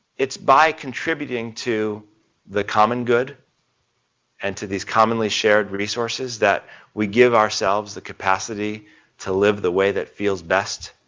it's by contributing to the common good and to these commonly shared resources that we give ourselves the capacity to live the way that feels best.